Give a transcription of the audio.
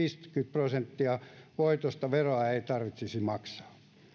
prosenttia voitoista veroa ei tarvitsisi maksaa